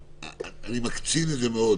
מעבר להתייחסות לנושים,